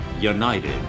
united